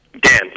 Dan